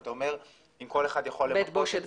ואתה אומר: אם כול אחד --- בית בושת,